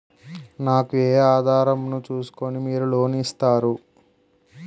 నాకు ఏ ఆధారం ను చూస్కుని మీరు లోన్ ఇస్తారు?